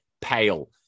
pale